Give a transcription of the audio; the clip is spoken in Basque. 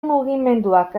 mugimenduak